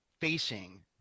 facing